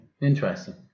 Interesting